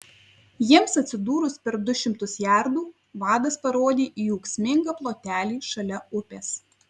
jiems atsidūrus per du šimtus jardų vadas parodė į ūksmingą plotelį šalia upės